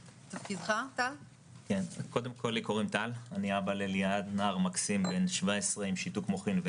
אני אבא לליעד, נער מקסים בן 17 עם שיתוק מוחין.